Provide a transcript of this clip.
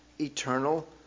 eternal